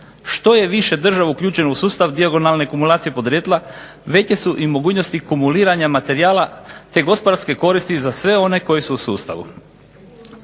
Što je više država uključeno u sustav dijagonalne kumulacije podrijetla veće su i mogućnosti kumuliranja materijala, te gospodarske koristi za sve one koji su u sustavu.